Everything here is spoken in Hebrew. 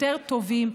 יותר טובים,